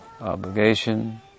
obligation